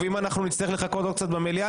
אם אנחנו נצטרך לחכות עוד קצת במליאה,